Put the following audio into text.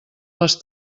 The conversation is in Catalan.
les